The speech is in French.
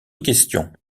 question